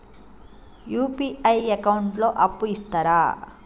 UPI account లో అప్పు ఇస్తరా?